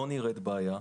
לא נראה שיש בעיה.